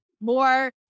more-